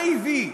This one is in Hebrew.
מה הביא?